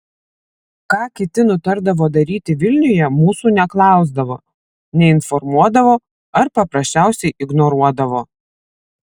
ką kiti nutardavo daryti vilniuje mūsų neklausdavo neinformuodavo ar paprasčiausiai ignoruodavo